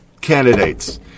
candidates